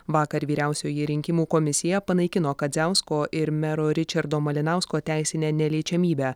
vakar vyriausioji rinkimų komisija panaikino kadziausko ir mero ričardo malinausko teisinę neliečiamybę